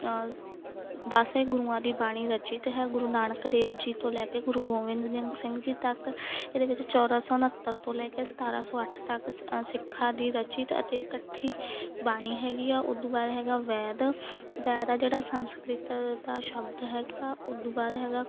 ਦਸ ਗੁਰੂਆਂ ਦੀ ਬਾਣੀ ਰਚਿਤ ਹੈ ਗੁਰੂ ਨਾਨਕ ਦੇਵ ਜੀ ਤੋਂ ਲੈ ਕੇ ਗੁਰੂ ਗੋਬਿੰਦ ਸਿੰਘ ਜੀ ਤੱਕ ਇਹਦੇ ਵਿੱਚ ਚੌਦ੍ਹਾਂ ਸੌ ਉਣਹੱਤਰ ਤੋਂ ਲੈ ਕੇ ਸਤਾਰ੍ਹਾਂ ਸੌ ਅੱਠ ਤੱਕ ਸ ਸਿੱਖਾਂ ਦੀ ਰਚਿਤ ਅਤੇ ਇਕੱਠੀ ਬਾਣੀ ਹੈਗੀ ਆ ਉਦੋਂ ਬਾਅਦ ਹੈਗਾ ਵੈਦ ਵੈਦ ਆ ਜਿਹੜਾ ਸੰਸਕ੍ਰਿਤ ਦਾ ਸ਼ਬਦ ਹੈਗਾ ਉਦੋਂ ਬਾਅਦ ਹੈਗਾ